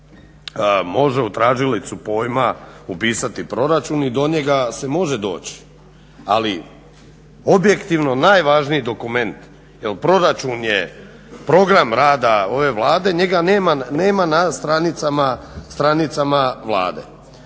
može u tražilicu pojma upisati proračun i do njega se može doći. Ali objektivno najvažniji dokument, jer proračun je program rada ove Vlade njega nema na stranicama Vlade.